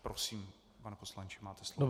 Prosím, pane poslanče, máte slovo.